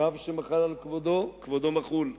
רב שמחל על כבודו, כבודו מחול,